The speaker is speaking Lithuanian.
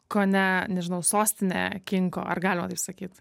kone nežinau sostinė kinko ar galima taip sakyt